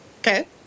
Okay